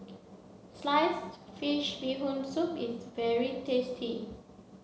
Sliced Fish Bee Hoon Soup is very tasty